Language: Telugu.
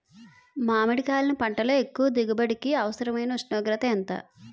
మామిడికాయలును పంటలో ఎక్కువ దిగుబడికి అవసరమైన ఉష్ణోగ్రత ఎంత?